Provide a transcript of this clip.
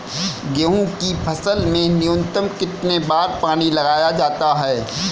गेहूँ की फसल में न्यूनतम कितने बार पानी लगाया जाता है?